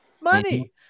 money